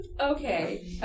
okay